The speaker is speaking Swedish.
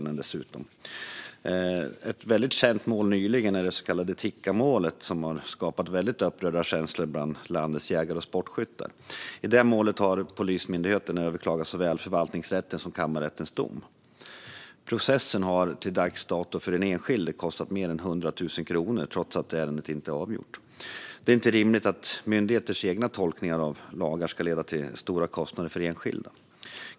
Ett känt mål nyligen är det så kallade Tikkamålet, som har skapat upprörda känslor bland landets jägare och sportskyttar. I det målet har Polismyndigheten överklagat såväl förvaltningsrättens som kammarrättens domar. Processen har till dags dato kostat den enskilde mer än 100 000 kronor, trots att ärendet inte är avgjort. Det är inte rimligt att myndigheters egna tolkningar av lagar ska leda till stora kostnader för enskilda.